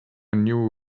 new